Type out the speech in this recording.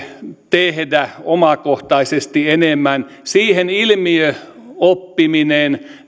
tehdä omakohtaisesti enemmän siihen ilmiöoppiminen